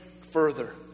further